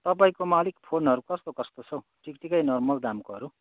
तपाईँकोमा अलिक फोनहरू कस्तो कस्तो छ हौ ठिक ठिकै नर्मल दामकोहरू